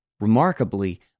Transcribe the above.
Remarkably